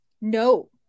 no